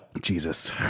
Jesus